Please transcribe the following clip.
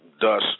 thus